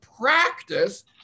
practice